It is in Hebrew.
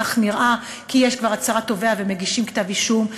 וכך נראה כי יש כבר הצהרת תובע ומגישים כתב אישום,